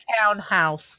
townhouse